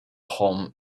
home